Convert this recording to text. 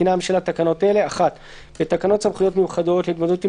מתקינה הממשלה תקנות אלה: 1.בתקנות סמכויות מיוחדות להתמודדות עם